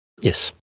Yes